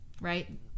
right